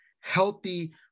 healthy